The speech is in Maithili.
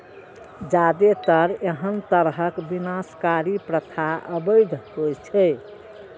जादेतर एहन तरहक विनाशकारी प्रथा अवैध होइ छै